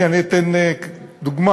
אני אתן דוגמה,